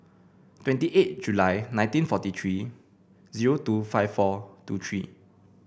twenty eight July nineteen forty three zero two five four two three